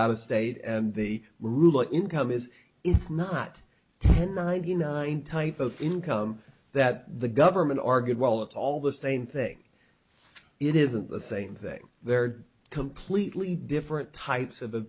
out of state and the rule income is it's not ten ninety nine type of income that the government argued well it's all the same thing it isn't the same thing there are completely different types of a